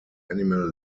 animal